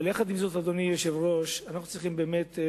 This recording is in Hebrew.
אבל עם זאת, אדוני היושב-ראש, אנחנו צריכים, באמת,